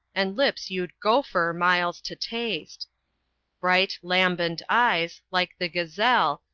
and lips you'd gopher miles to taste bright, lambent eyes, like the gazelle,